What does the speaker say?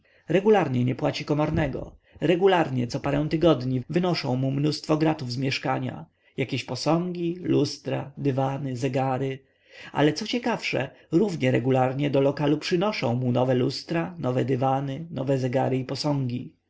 regularnie nie płaci komornego regularnie co parę tygodni wynoszą mu mnóstwo gratów z mieszkania jakieś posągi lustra dywany zegary ale co ciekawsze również regularnie do lokalu przynoszą mu nowe lustra nowe dywany nowe zegary i posągi po